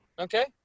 Okay